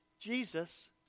Jesus